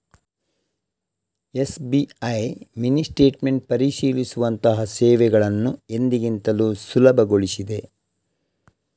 SBI mini statement ಪರಿಶೀಲಿಸುವಂತಹ ಸೇವೆಗಳನ್ನು ಎಂದಿಗಿಂತಲೂ ಸುಲಭಗೊಳಿಸಿದೆ